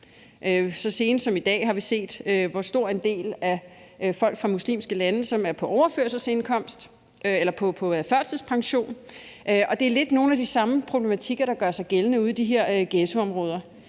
Så sent som i Danmark har vi set, hvor stor en del af folk fra muslimske lande, som er på førtidspension, og det er lidt nogle af de samme problematikker, der gør sig gældende ude i de her ghettoområder.